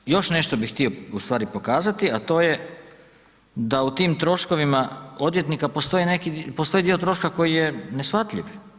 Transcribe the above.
Ako, još nešto bi htio ustvari pokazati a to je da u tim troškovima odvjetnika postoji dio troškova koji je neshvatljiv.